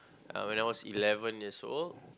when I was eleven years old